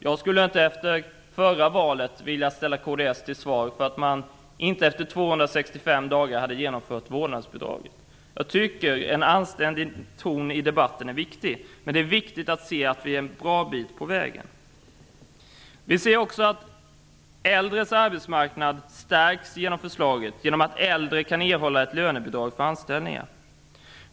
Jag skulle inte efter förra valet ha velat ställa kds till svars för att man efter 265 dagar inte hade genomfört vårdnadsbidraget. Jag tycker att en anständig ton är viktig i debatten. Men det är värdefullt att se att vi är en bra bit på väg. Äldres arbetsmarknad stärks i förslaget genom att äldre kan erhålla ett lönebidrag för anställningar.